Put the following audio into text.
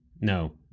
no